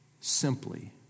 simply